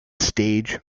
stage